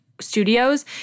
studios